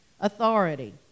authority